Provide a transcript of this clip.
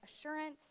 assurance